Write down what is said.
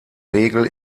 regel